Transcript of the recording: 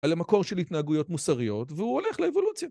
על המקור של התנהגויות מוסריות, והוא הולך לאבולוציה.